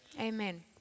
amen